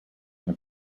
have